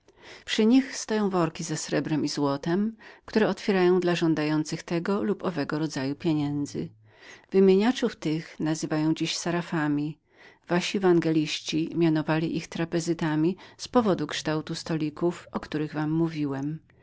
przy nich leżą worki ze srebrem i złotem które otwierają dla żądających tego lub owego rodzaju pieniędzy wymieniaczów tych nazywają dziś sarafami wasi ewangeliści mianowali ich trapezytami z powodu kształtu stolików o których wam mówiłem